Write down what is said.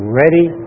ready